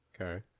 Okay